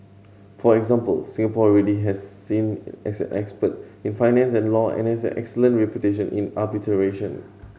for example Singapore already has seen as an expert in finance and law and has an excellent reputation in arbitration